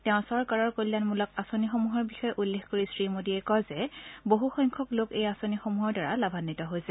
তেওঁৰ চৰকাৰৰ কল্যাণমূলক আঁচনিসমূহৰ বিষয়ে উল্লেখ কৰি শ্ৰীমোদীয়ে কয় যে বহুসংখ্যক লোক এই আঁচনিসমূহৰ দ্বাৰা লাভাৱিত হৈছে